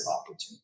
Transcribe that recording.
opportunity